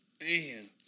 man